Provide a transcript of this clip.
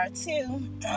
two